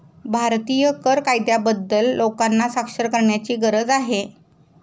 भारतीय कर कायद्याबद्दल लोकांना साक्षर करण्याची गरज आहे